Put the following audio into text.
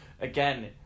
again